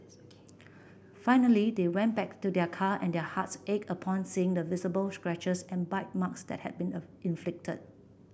finally they went back to their car and their hearts ached upon seeing the visible scratches and bite marks that had been inflicted